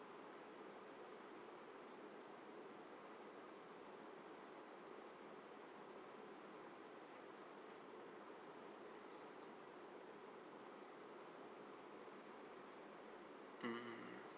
mmhmm